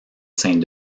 saint